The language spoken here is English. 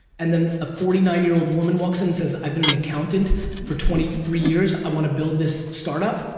and then a forty nine year old woman walks in and says i've been an accountant for twenty three years, i wanna build this startup.